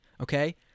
Okay